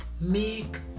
make